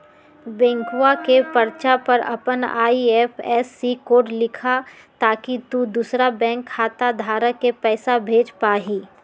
बैंकवा के पर्चा पर अपन आई.एफ.एस.सी कोड लिखा ताकि तु दुसरा बैंक खाता धारक के पैसा भेज पा हीं